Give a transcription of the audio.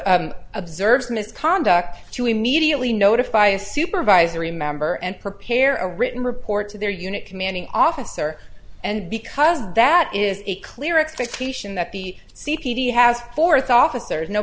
notify observes misconduct to immediately notify a supervisory member and prepare a written report to their unit commanding officer and because that is a clear expectation that the c p d has a fourth officer is no